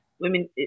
women